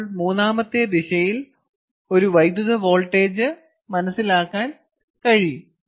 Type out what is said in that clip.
അപ്പോൾ മൂന്നാമത്തെ ദിശയിൽ ഒരു വൈദ്യുത വോൾട്ടേജ് മനസ്സിലാക്കാൻ കഴിയും